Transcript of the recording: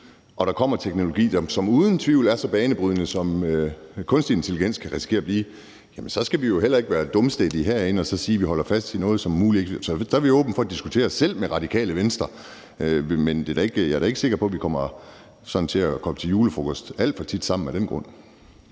og der kommer teknologi, som er så banebrydende, som kunstig intelligens uden tvivl kan risikere at blive, skal vi jo heller ikke være dumstædige herinde og så sige, at vi holder fast i det. Der er vi åben over for at diskutere, selv med Radikale Venstre, men jeg er da ikke sikker på, at vi af den grund kommer til julefrokost sammen alt for tit.